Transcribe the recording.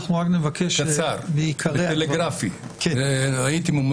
ראשית, אני מסתייג מהמונח